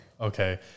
Okay